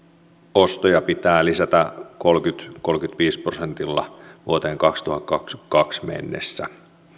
ostoja pitää lisätä kolmellakymmenellä viiva kolmellakymmenelläviidellä prosentilla vuoteen kaksituhattakaksikymmentäkaksi mennessä